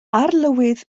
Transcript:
arlywydd